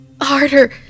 Harder